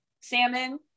salmon